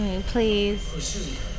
Please